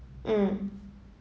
mm